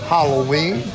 Halloween